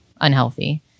unhealthy